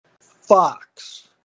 Fox